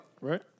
right